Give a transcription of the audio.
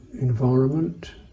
environment